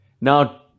now